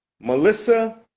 Melissa